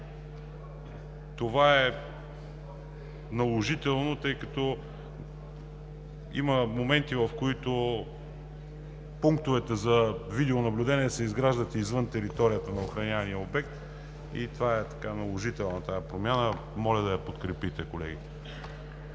Това е наложително, тъй като има моменти, в които пунктовете за видеонаблюдение се изграждат извън територията на охраняемия обект и тази промяна е наложителна. Моля да я подкрепите, колеги.